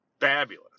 fabulous